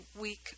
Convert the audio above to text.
week